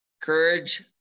courage